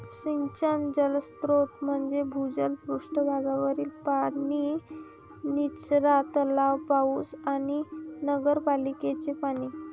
सिंचन जलस्रोत म्हणजे भूजल, पृष्ठ भागावरील पाणी, निचरा तलाव, पाऊस आणि नगरपालिकेचे पाणी